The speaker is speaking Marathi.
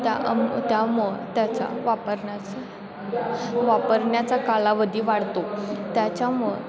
त्याम त्यामुळं त्याचा वापरण्याचा वापरण्याचा कालावधी वाढतो त्याच्यामुळं